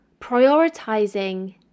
prioritizing